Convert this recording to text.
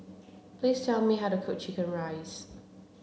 please tell me how to cook chicken rice